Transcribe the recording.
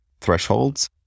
thresholds